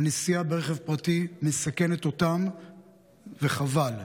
והנסיעה ברכב פרטי מסכנת אותם, וחבל.